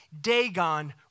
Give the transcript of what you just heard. Dagon